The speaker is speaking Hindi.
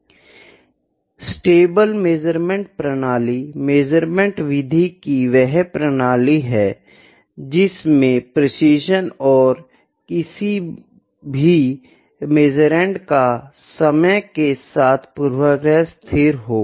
स्टेबल मेज़रमेंट प्रणाली मेज़रमेंट विधि की वह प्रणाली है जिसमें प्रिसिशन और किसी भी मेंअसुरंड का समय के साथ पूर्वाग्रह स्थिर हो